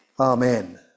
Amen